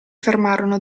fermarono